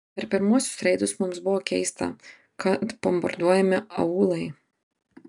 per pirmuosius reidus mums buvo keista kad bombarduojami aūlai